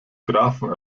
grafen